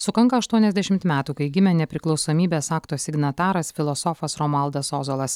sukanka aštuoniasdešimt metų kai gimė nepriklausomybės akto signataras filosofas romualdas ozolas